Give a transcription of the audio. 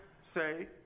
say